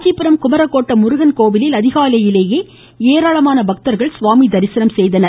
காஞ்சிபுரம் குமரக்கோட்டம் முருகன் கோவிலில் அதிகாலையிலேயே ஏராளமான பக்தர்கள் சுவாமி தரிசனம் செய்தனர்